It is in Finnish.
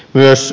myös